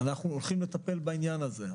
אנחנו הולכים לטפל בעניין הזה.